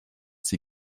sie